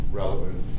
relevant